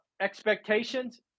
expectations